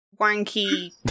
wanky